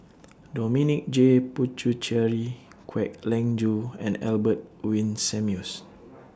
Dominic J Puthucheary Kwek Leng Joo and Albert Winsemius